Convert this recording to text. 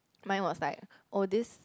mine was like oh this